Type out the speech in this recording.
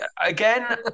Again